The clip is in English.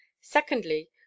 Secondly